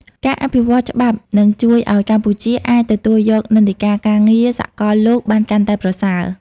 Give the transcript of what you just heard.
ការអភិវឌ្ឍច្បាប់នឹងជួយឱ្យកម្ពុជាអាចទទួលយកនិន្នាការការងារសកលលោកបានកាន់តែប្រសើរ។